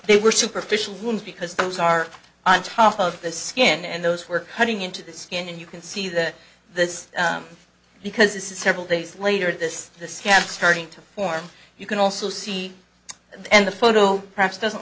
they were superficial wounds because those are on top of the skin and those were cutting into the skin and you can see that this because this is several days later and this scan starting to form you can also see and the photo perhaps doesn't